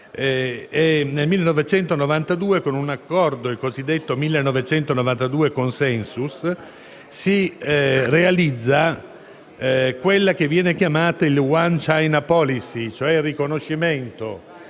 nel 1992 con l'accordo cosiddetto 1992 Consensus si realizza quello che viene chiamato il One China Policy: il riconoscimento